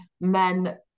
men